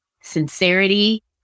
sincerity